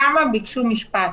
כמה ביקשו משפט.